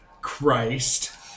Christ